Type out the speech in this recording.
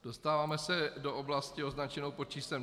Dostáváme se do oblasti označené pod číslem 26.